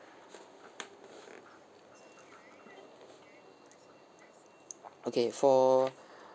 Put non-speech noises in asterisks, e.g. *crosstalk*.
*noise* okay for